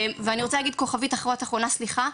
נקודה אחרונה,